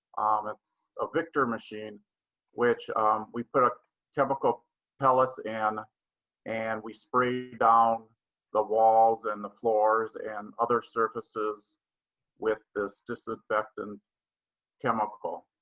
um it's a victor machine which we put ah chemical pellets and and we spray down the walls and the floors and other surfaces with this disinfectant chemical.